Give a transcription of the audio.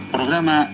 Programa